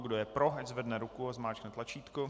Kdo je pro, ať zvedne ruku a zmáčkne tlačítko.